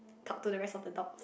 talk to the rest of the dog